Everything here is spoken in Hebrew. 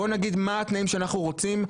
בוא נגיד מה התנאים שאנחנו רוצים.